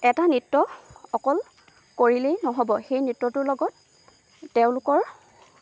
এটা নৃত্য অকল কৰিলেই নহ'ব সেই নৃত্যটোৰ লগত তেওঁলোকৰ